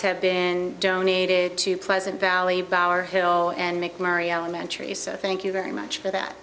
been donated to pleasant valley power hill and mcmurray elementary so i thank you very much for that